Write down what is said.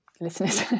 listeners